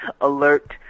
alert